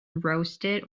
roasted